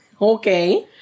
Okay